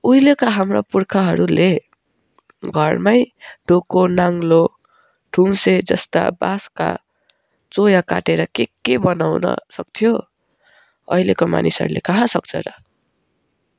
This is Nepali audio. उहिलेका हाम्रा पुर्खाहरूले घरमै डोको नाङ्लो थुन्से जस्ता बाँसका चोया काटेर के के बनाउन सक्थ्यो अहिलेको मानिसहरूले कहाँ सक्छ र